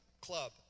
Club